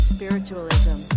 Spiritualism